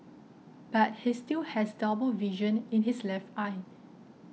but he still has double vision in his left eye